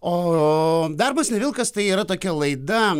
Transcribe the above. o darbas ne vilkas tai yra tokia laida